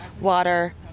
water